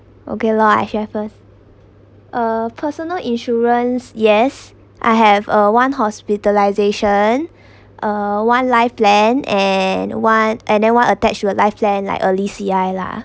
okay lor I share first uh personal insurance yes I have uh one hospitalisation uh one life plan and one and then one attached to a life plan like a LICI lah